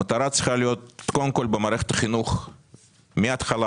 המטרה צריכה להיות שקודם כול במערכת החינוך לתת מההתחלה